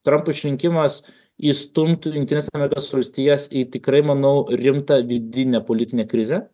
trampo išrinkimas įstumtų jungtines amerikos valstijas į tikrai manau rimtą vidinę politinę krizę